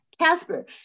Casper